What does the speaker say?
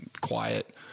quiet